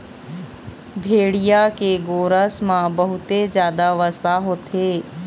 भेड़िया के गोरस म बहुते जादा वसा होथे